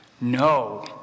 No